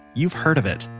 you've heard of it.